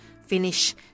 finish